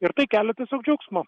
ir tai kelia tiesiog džiaugsmą